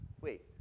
Wait